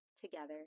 together